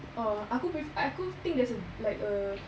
oh aku prefer aku think there's a like a